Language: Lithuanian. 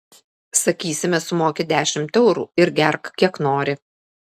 sakysime sumoki dešimt eurų ir gerk kiek nori